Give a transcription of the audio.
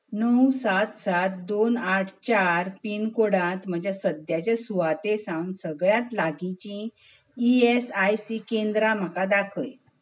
णव सात सात दोन आठ चार पिनकोडांत म्हज्या सद्याच्या सुवाते सावन सगळ्यांत लागींचीं ई एस आय सी केंद्रां म्हाका दाखय